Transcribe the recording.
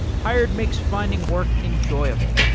hired makes finding work enjoyable.